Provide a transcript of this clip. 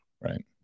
Right